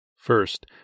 First